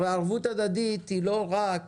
הרי ערבות הדדית היא לא רק